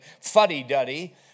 fuddy-duddy